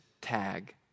tag